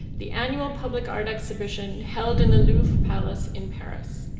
the annual public art exhibition held in the louvre palace in paris.